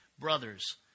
brothers